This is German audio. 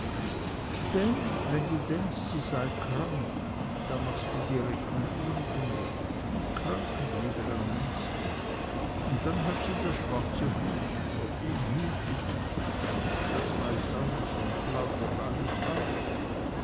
denn wenn du denkst sie sei krank da machst du die rechnung ohne den wirt die kranken leben am längsten und dann hat sie das schwarze huhn vor dem hüte dich das weiß alles und plaudert alles aus